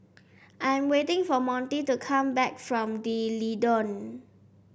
I'm waiting for Monty to come back from D'Leedon